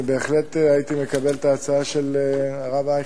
אני בהחלט הייתי מקבל את ההצעה של הרב אייכלר,